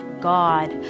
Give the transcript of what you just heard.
God